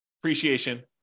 appreciation